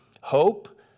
Hope